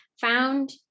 found